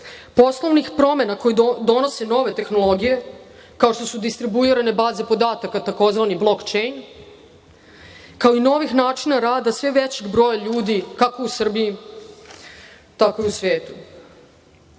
poslovnih promena koje donose nove tehnologije, kao što su distribuirane baze podataka tzv. Blockchain, kao i novih načina rada sve većeg broja ljudi, kako u Srbiji, tako i u svetu. Vizija